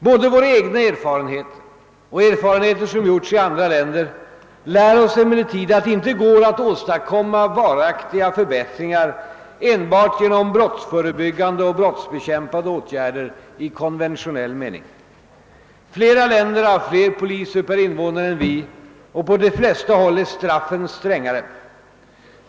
Både våra egna erfarenheter och erfarenheter som gjorts i andra länder lär oss emellertid att det inte går att åstadkomma varaktiga förbättringar enbart genom brottsförebyggande och brottsbekämpande åtgärder i konventionell mening. Flera länder har fler poliser per invånare än vi, och på de flesta håll är straffen strängare.